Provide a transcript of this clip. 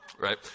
Right